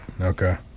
Okay